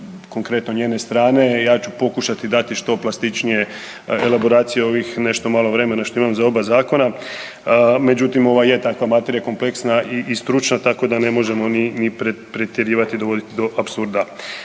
konkretno njene strane, ja ću pokušati dati što plastičnije elaboracije ovih nešto malo vremena što imam za oba zakona, međutim, ova je takva materija kompleksna i stručna, tako da ne možemo ni pretjerivati i dovoditi do apsurda.